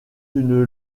une